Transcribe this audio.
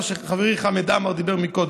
על מה שחברי חמד עמאר דיבר מקודם,